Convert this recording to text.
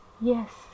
yes